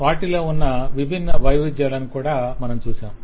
వాటిలో ఉన్న విభిన్న వైవిధ్యాలను కూడా మనం చూశాము